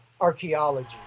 Archaeology